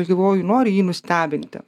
aš galvoju noriu jį nustebinti